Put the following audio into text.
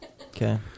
Okay